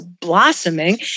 blossoming